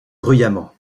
bruyamment